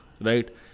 right